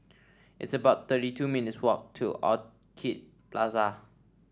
it's about thirty two minutes' walk to Orchid Plaza